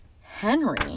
Henry